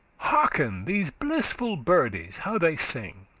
hearken these blissful birdes how they sing,